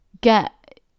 get